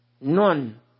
None